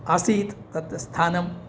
आसीत् तत् स्थानम्